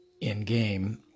in-game